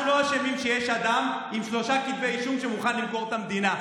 אנחנו לא אשמים שיש אדם עם שלושה כתבי אישום שמוכן למכור את המדינה.